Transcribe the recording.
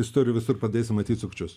istorijų visur padėsi matyt sukčius